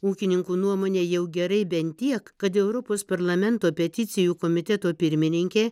ūkininkų nuomone jau gerai bent tiek kad europos parlamento peticijų komiteto pirmininkė